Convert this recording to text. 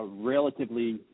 relatively